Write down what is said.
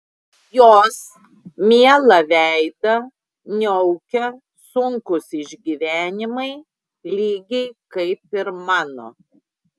jos mielą veidą niaukia sunkūs išgyvenimai lygiai kaip ir mano